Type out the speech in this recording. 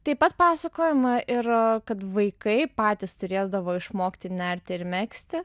taip pat pasakojama ir kad vaikai patys turėdavo išmokti nerti ir megzti